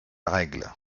règle